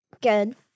Good